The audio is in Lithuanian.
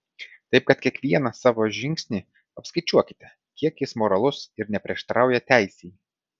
taip kad kiekvieną savo žingsnį apskaičiuokite kiek jis moralus ir neprieštarauja teisei